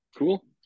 Cool